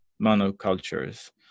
monocultures